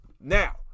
Now